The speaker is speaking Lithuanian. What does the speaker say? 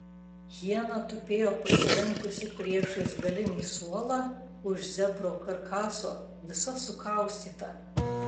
hiena tupėjo pasilenkusi priešais galinį suolą už zebro karkaso visa sukaustyta